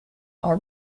are